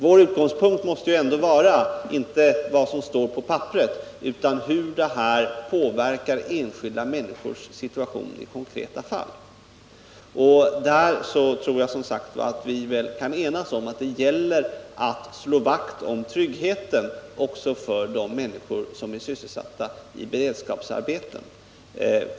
Vår utgångspunkt måste ändå vara, inte vad som står på pappret, utan hur det som står där påverkar enskilda människors situation i konkreta fall. Där tror jag, som sagt, att vi kan enas om att det gäller att slå vakt om tryggheten också för de människor som är sysselsatta med beredskapsarbeten.